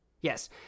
Yes